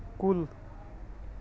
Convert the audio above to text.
کُل